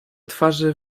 twarzy